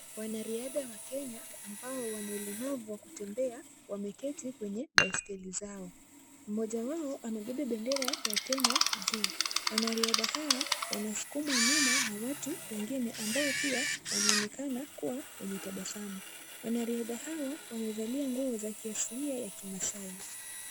Wanariadha wa Kenya ambao wana ulemavu wa kutembea wameketi kwenye baiskeli zao. Mmoja wao amebeba bendera ya Kenya juu. Wanariadha hawa wanasukumwa nyuma na watu wengine ambao pia wanaonekana kuwa wenye tabasamu. Wanariadha hawa wamevalia nguo za kiasilia ya kimaasai.